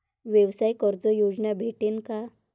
व्यवसाय कर्ज योजना भेटेन का?